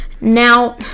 Now